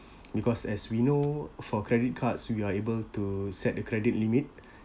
because as we know for credit cards we are able to set the credit limit